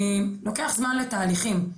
לוקח זמן לתהליכים,